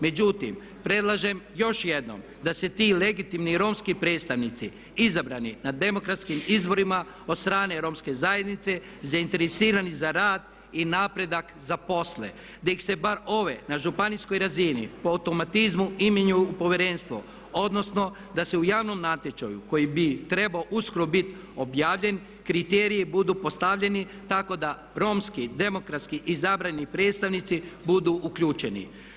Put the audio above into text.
Međutim, predlažem još jednom da se ti legitimni romski predstavnici izabrani na demokratskim izborima od strane romske zajednice zainteresirani za rad i napredak zaposle, da ih se bar ove na županijskoj razini po automatizmu imenuju u povjerenstvo odnosno da se u javnom natječaju koji bi trebao uskoro biti objavljen kriteriji budu postavljeni tako da romski, demokratski izabrani predstavnici budu uključeni.